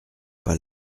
pas